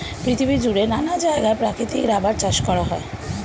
পৃথিবী জুড়ে নানা জায়গায় প্রাকৃতিক রাবার চাষ করা হয়